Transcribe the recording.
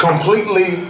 Completely